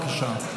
בבקשה.